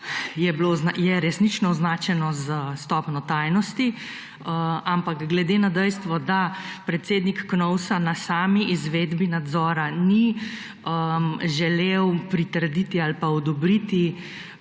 je resnično označeno s stopnjo tajnosti, ampak glede na dejstvo, da predsednik KNOVS na sami izvedbi nadzora ni želel pritrditi ali pa odobriti